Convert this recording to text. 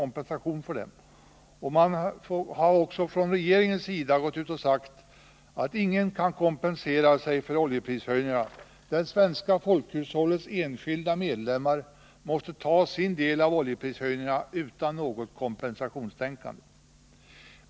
Man har även från regeringens sida gått ut och sagt att ingen kan kompensera sig för dessa höjningar — det svenska folkhushållets enskilda medlemmar måste ta sin del av oljeprishöjningarna utan något kompensationstänkande.